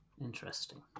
Interesting